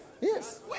Yes